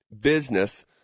business